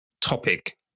topic